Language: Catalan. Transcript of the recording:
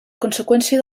conseqüència